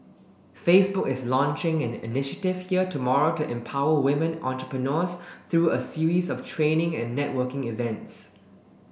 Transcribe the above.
Facebook is launching an initiative here tomorrow to empower women entrepreneurs through a series of training and networking events